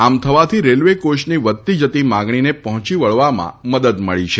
આમ થવાથી રેલવે કોયની વધતી જતી માંગણીને પહોંચી વળવામાં મદદ મળી છે